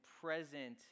present